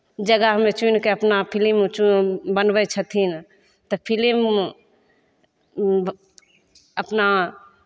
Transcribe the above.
जगहमे चुनि कऽ अपना फिलिममे चुनि बनबै छथिन तऽ फिलिममे अपना